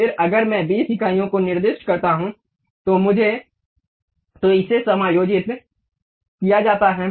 फिर अगर मैं 20 इकाइयों को निर्दिष्ट करता हूं तो इसे समायोजित किया जाता है